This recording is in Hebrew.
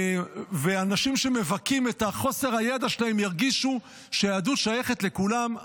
כשאנשים שמבכים את חוסר הידע שלהם ירגישו שהיהדות שייכת לכולם,